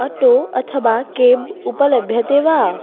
auto अथवा cab उपलभ्यते वा